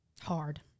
Hard